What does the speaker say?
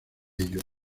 ello